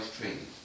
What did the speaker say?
training